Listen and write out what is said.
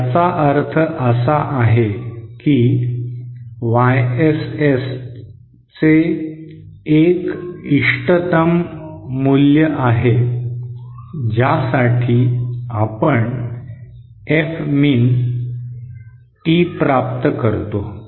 तर याचा अर्थ असा आहे की YSs चे एक इष्टतम मूल्य आहे ज्यासाठी आपण F मीन T प्राप्त करतो